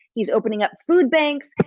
he's opening up food banks.